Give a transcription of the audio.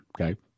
Okay